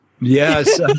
Yes